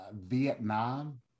vietnam